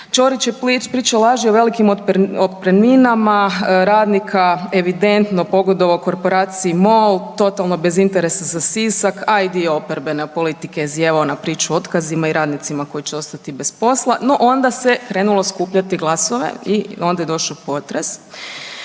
Ćorić je pričao laži o velikim otpremninama radnika, evidentno pogodovao korporaciji MOL totalno bez interesa za Sisak a i dio oporbene politike je zijevao na priču o otkazima i radnicima koji će ostati bez posla. No onda se krenulo skupljati glasove i onda je došao potres.